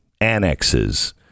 annexes